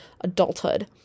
adulthood